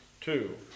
Two